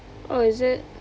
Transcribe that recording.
oh is it